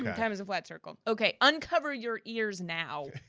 time is a flat circle. okay, uncover your ears now.